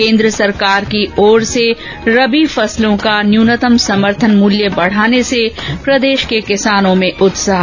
केन्द्र सरकार की ओर से रबी फसलों का न्यूनतम समर्थन मूल्य बढ़ाने से प्रदेश के किसानों में उत्साह